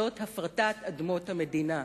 זאת הפרטת אדמות המדינה.